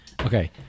Okay